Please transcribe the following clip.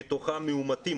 מתוכם מאומתים,